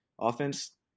offense